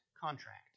contract